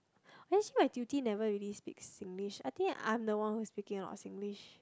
actually my tutee never really speak Singlish I think I'm the one who's speaking a lot of Singlish